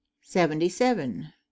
Seventy-seven